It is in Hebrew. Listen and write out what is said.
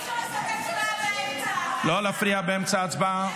אי-אפשר לעשות הצבעה באמצע --- לא להפריע באמצע ההצבעה.